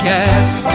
Cast